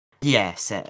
Yes